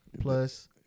Plus